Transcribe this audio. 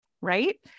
Right